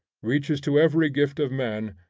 reaches to every gift of man,